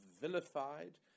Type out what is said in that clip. vilified